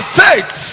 faith